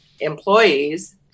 employees